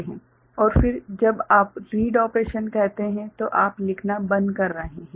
और फिर जब आप रीड ऑपरेशन कहते हैं तो आप लिखना बंद कर रहे हैं